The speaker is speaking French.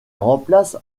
remplace